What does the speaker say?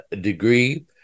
degree